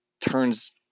turns